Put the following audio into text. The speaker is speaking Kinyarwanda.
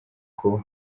kuba